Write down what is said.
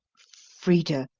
frida,